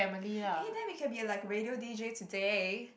eh then we can be like a radio D_J today